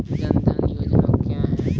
जन धन योजना क्या है?